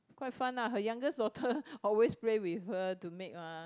quite fun lah her youngest daughter always play with her to make mah